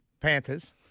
Panthers